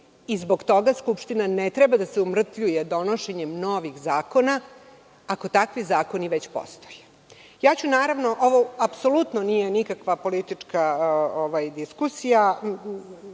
Zbog toga Skupština ne treba da se umrtvljuje donošenjem novih zakona, ako takvi zakoni već postoje. Naravno, ovo apsolutno nije nikakva politička diskusija